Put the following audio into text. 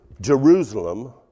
Jerusalem